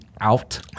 out